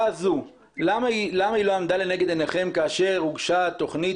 למה היא לא עמדה לנגד עיניכם כאשר הוגשה התוכנית